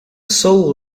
sole